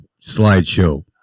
slideshow